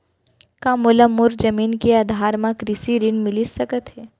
का मोला मोर जमीन के आधार म कृषि ऋण मिलिस सकत हे?